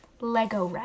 Lego